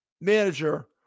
manager